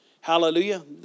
Hallelujah